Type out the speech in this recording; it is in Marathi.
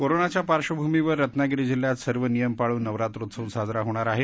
कोरोनाच्या पार्श्वभूमीवर रत्नागिरी जिल्ह्यात सर्व नियम पाळून नवरात्रोत्सव साजरा होणार आहे